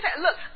Look